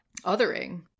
othering